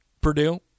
Purdue